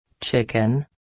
Chicken